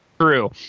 true